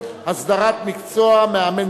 תשלומים לילדו של חייל מילואים